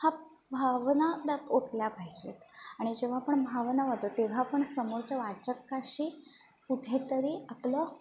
हा भावना त्यात ओतल्या पाहिजेत आणि जेव्हा आपण भावना ओततो तेव्हा पण समोरच्या वाचकाशी कुठेतरी आपलं